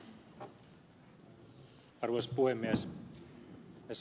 arvoisa puhemies